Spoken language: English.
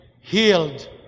healed